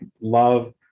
love